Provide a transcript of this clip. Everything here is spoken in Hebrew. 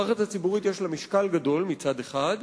המערכת הציבורית יש לה משקל גדול, מצד אחד,